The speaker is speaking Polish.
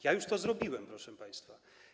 Ja już to zrobiłem, proszę państwa.